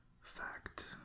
Fact